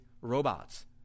robots